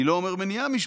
אני לא אומר מניעה משפטית,